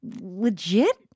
legit